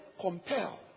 compel